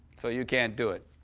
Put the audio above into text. so you can't do it.